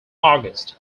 august